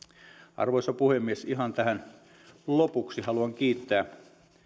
arvoisa puhemies ihan tähän lopuksi haluan kiittää